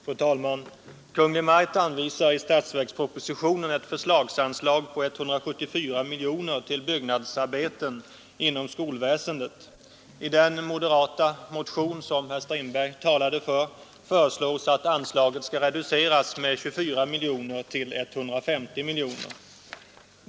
Fru talman! Kungl. Maj:t anvisar i statsverkspropositionen ett förslagsanslag på 174 miljoner till byggnadsarbeten inom skolväsendet. I den moderata motion som herr Strindberg talade för föreslås att anslaget skall reduceras med 24 miljoner till 150 miljoner.